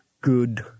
good